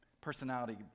personality